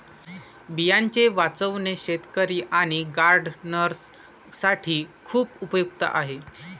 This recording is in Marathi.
बियांचे वाचवणे शेतकरी आणि गार्डनर्स साठी खूप उपयुक्त आहे